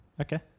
Okay